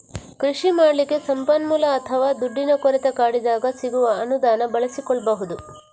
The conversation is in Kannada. ಕೃಷಿ ಮಾಡ್ಲಿಕ್ಕೆ ಸಂಪನ್ಮೂಲ ಅಥವಾ ದುಡ್ಡಿನ ಕೊರತೆ ಕಾಡಿದಾಗ ಸಿಗುವ ಅನುದಾನ ಬಳಸಿಕೊಳ್ಬಹುದು